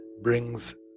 brings